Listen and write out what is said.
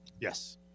Yes